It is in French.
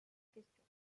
question